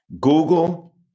Google